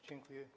Dziękuję.